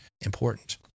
important